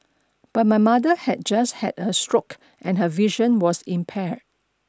but my mother had just had a stroke and her vision was impaired